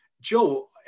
Joe